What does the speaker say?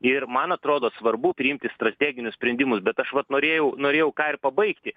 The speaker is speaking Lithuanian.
ir man atrodo svarbu priimti strateginius sprendimus bet aš vat norėjau norėjau ką ir pabaigti